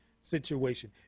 situation